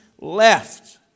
left